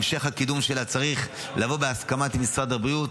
המשך הקידום שלה צריך לבוא בהסכמת משרד הבריאות